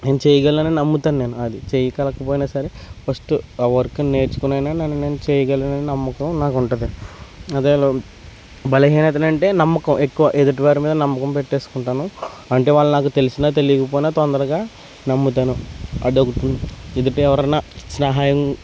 నేను చేయగలనని నమ్ముతాను నేను అది చెయ్యి కాకపోయినా సరే ఫస్ట్ ఆ వర్క్ నేర్చుకొని అయినా నన్ను నేను చేయగలను నమ్మకం నాకు ఉంటుంది అదే బలహీనత అంటే నమ్మకం ఎక్కువ ఎదుటివారి మీద నమ్మకం పెట్టేసుకుంటాను అంటే వాళ్ళ నాకు తెలిసిన తెలియకపోయిన తొందరగా నమ్ముతాను అది ఒక్కటి ఎదుట ఎవరైనా సహాయం